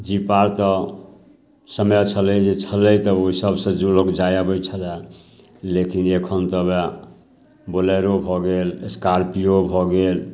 जीपा तऽ समय छलै जे छलै तऽ ओहि सबसे जे लोक जाइ आबै छलै लेकिन एखन तऽ वएह बोलेरो भऽ गेल स्कार्पिओ भऽ गेल